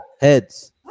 Heads